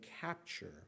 capture